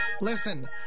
Listen